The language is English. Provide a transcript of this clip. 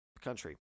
country